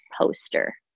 poster